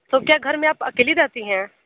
तो क्या घर में आप अकेली रहती हैं